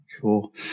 cool